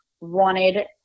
wanted